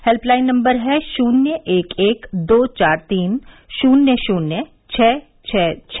helpline number है शून्य एक एक दो चार तीन शून्य शून्य छः छः छ